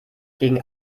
gegen